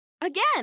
Again